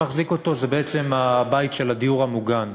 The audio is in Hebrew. מי שמחזיק אותו זה בעצם הבית של הדיור המוגן.